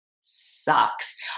sucks